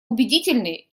убедительные